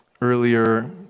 earlier